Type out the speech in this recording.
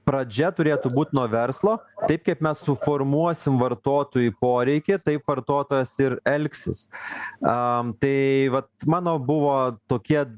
pradžia turėtų būt nuo verslo taip kaip mes suformuosim vartotojui poreikį taip vartotojas ir elgsis a tai vat mano buvo tokie